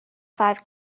five